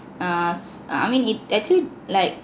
err s~ uh I mean it actually like